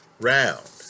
round